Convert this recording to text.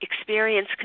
experience